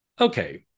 okay